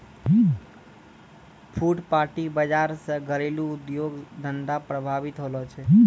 फुटपाटी बाजार से घरेलू उद्योग धंधा प्रभावित होलो छै